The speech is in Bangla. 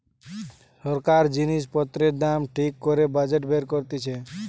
সরকার জিনিস পত্রের দাম ঠিক করে বাজেট বের করতিছে